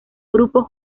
grupo